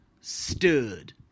stood